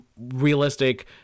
realistic